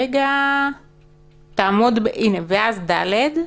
בסעיף 2(ד)